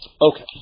Okay